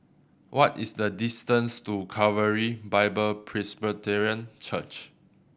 what is the distance to Calvary Bible Presbyterian Church